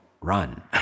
run